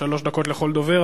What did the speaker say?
שלוש דקות לכל דובר.